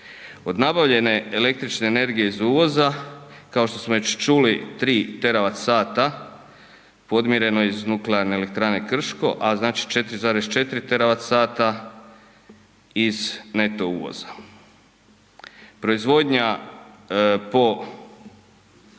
Od nabavljene električne energije iz uvoza, kao što smo već čuli, 3 TWh, podmireno je iz nuklearne elektrane Krško, a znači 4,4 TWh iz neto uvoza. Proizvodnja po